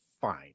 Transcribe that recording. fine